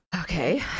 Okay